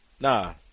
nah